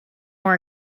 more